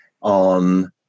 on